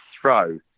throw